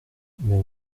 mais